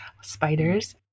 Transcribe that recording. spiders